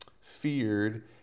feared